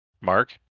Mark